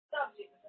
Subject